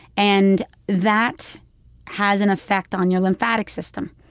and that has an effect on your lymphatic system.